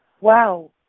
wow